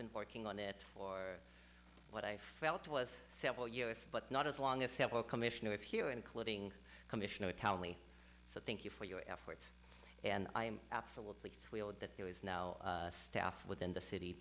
been working on it or what i felt was simple yes but not as long as several commissioners here including commissioner tally so thank you for your efforts and i am absolutely thrilled that there is no staff within the city